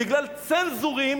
בגלל צנזורים